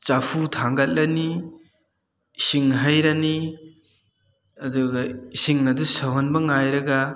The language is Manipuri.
ꯆꯐꯨ ꯊꯥꯡꯒꯠꯂꯅꯤ ꯏꯁꯤꯡ ꯍꯩꯔꯅꯤ ꯑꯗꯨꯒ ꯏꯁꯤꯡ ꯑꯗꯨ ꯁꯧꯍꯟꯕ ꯉꯥꯏꯔꯒ